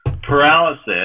Paralysis